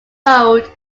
road